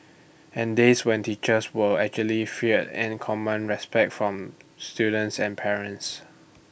and days when teachers were actually fear and commanded respect from students and parents